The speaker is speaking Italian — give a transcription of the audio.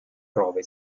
prove